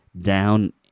down